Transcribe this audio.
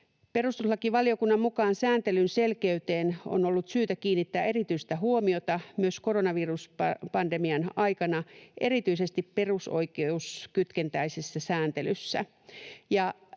”Perustuslakivaliokunnan mukaan sääntelyn selkeyteen on ollut syytä kiinnittää erityistä huomiota myös koronaviruspandemian aikana erityisesti perusoikeuskytkentäisessä sääntelyssä.”